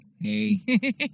Hey